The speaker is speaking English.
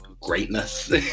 greatness